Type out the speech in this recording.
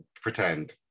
pretend